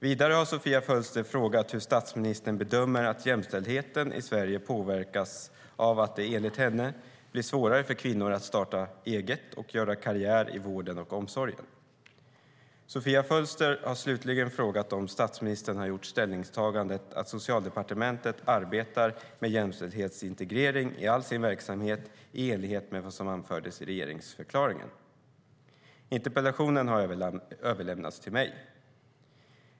Vidare har Sofia Fölster frågat hur statsministern bedömer att jämställdheten i Sverige påverkas av att det, enligt henne, blir svårare för kvinnor att starta eget och göra karriär i vården och omsorgen. Sofia Fölster har slutligen frågat om statsministern har gjort ställningstagandet att Socialdepartementet arbetar med jämställdhetsintegrering i all sin verksamhet i enlighet med vad som anfördes i regeringsförklaringen. Interpellationen har överlämnats till mig.